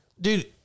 Dude